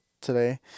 today